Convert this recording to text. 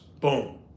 boom